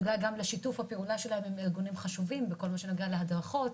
בנוגע לשיתוף הפעולה שלנו עם ארגונים חשובים בכל מה שנוגע להדרכות,